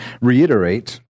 reiterate